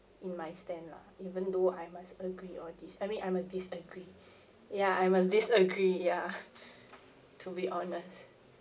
in my stand lah even though I must agree or dis~ I mean I must disagree ya I must disagree ya to be honest